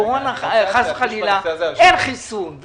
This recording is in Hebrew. אם אין חיסון,